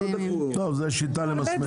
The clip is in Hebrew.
טוב, זאת שיטה למסמס.